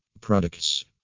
products